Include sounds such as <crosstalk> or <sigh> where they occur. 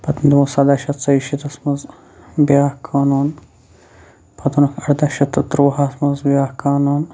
پَتہٕ <unintelligible> سَداہ شَتھ ژۄیہِ شیٖتَس منٛز بیٛاکھ قانوٗن پَتہٕ اوٚنُکھ اَرداہ شَتھ تہٕ تُرٛوہَس منٛز بیٛاکھ قانوٗن